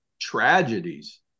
tragedies